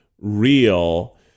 real